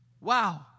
Wow